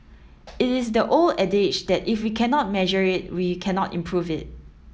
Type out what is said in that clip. it is the old adage that if we cannot measure it we cannot improve it